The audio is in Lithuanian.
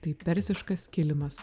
tai persiškas kilimas